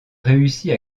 réussit